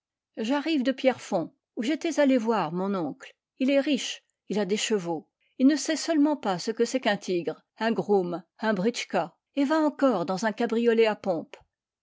j'arrive de pierrefonds où j'étais allé voir mon oncle il est riche il a des chevaux il ne sait seulement pas ce que c'est qu'un tigre un groom un britschka et va encore dans un cabriolet à pompe